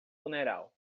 funeral